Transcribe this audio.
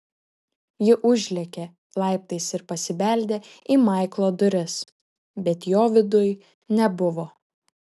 ji užlėkė laiptais ir pasibeldė į maiklo duris bet jo viduj nebuvo